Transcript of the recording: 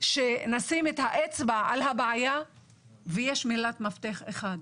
שנשים את האצבע על הבעיה ויש מילת מפתח אחת,